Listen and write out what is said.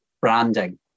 branding